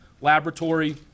Laboratory